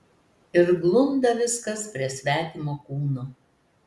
ir glunda viskas prie svetimo kūno